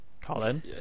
Colin